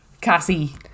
Cassie